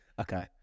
Okay